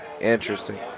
Interesting